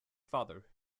father